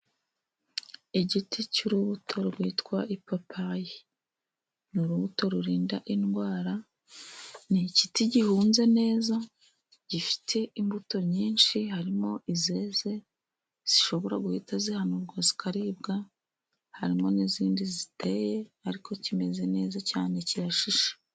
Igiti cy'urubuto rwitwa ipapayi ni urubuto rurinda indwara. Ni igiti gihunze neza, gifite imbuto nyinshi harimo izeze, zishobora guhita zihanurwa zikaribwa, harimo n'izindi ziteye, ariko kimeze neza cyane kirashishe.